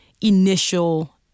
initial